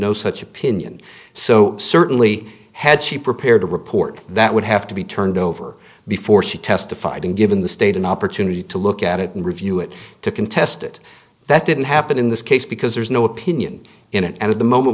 no such opinion so certainly had she prepared a report that would have to be turned over before she testified and given the state an opportunity to look at it and review it to contest it that didn't happen in this case because there's no opinion in it and at the moment